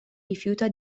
rifiuta